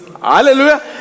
Hallelujah